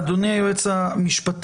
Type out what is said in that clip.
אדוני, היועץ המשפטי,